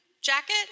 jacket